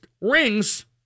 rings